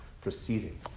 proceeding